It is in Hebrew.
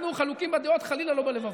אנחנו חלוקים בדעות, חלילה לא בלבבות.